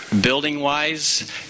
building-wise